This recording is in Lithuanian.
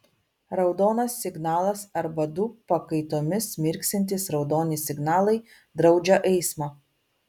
raudonas signalas arba du pakaitomis mirksintys raudoni signalai draudžia eismą